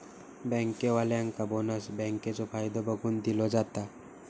बँकेवाल्यांका बोनस बँकेचो फायदो बघून दिलो जाता